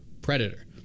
Predator